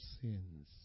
sins